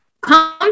come